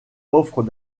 offrent